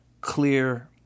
clear